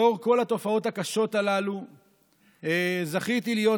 מול כל התופעות הקשות הללו זכיתי להיות